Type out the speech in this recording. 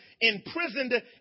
imprisoned